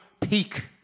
peak